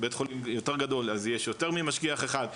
לבית חולים יותר גדול אז יש יותר ממשגיח אחד,